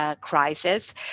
crisis